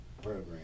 program